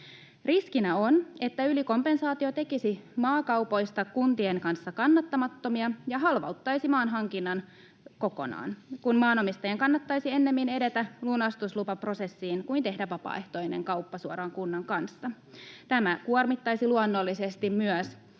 Riskinä on, että ylikompensaatio tekisi maakaupoista kuntien kanssa kannattamattomia ja halvauttaisi maanhankinnan kokonaan, kun maanomistajien kannattaisi ennemmin edetä lunastuslupaprosessiin kuin tehdä vapaaehtoinen kauppa suoraan kunnan kanssa. Tämä kuormittaisi luonnollisesti myös